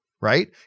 right